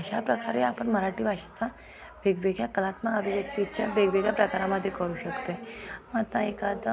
अशा प्रकारे आपण मराठी भाषेचा वेगवेगळ्या कलात्म अभिव्यक्तीच्या वेगवेगळ्या प्रकारांमध्ये करू शकतो आहे आता एखादं